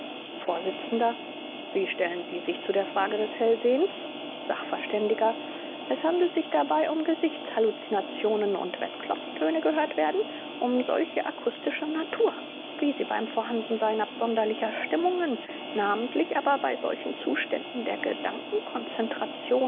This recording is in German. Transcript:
vors wie stellen sie sich zu der frage des hellsehens sachv es handelt sich dabei um gesichtshalluzinationen und wenn klopftöne gehört werden um solche akustischer natur wie sie beim vorhandensein absonderlicher stimmungen namentlich aber bei solchen zuständen der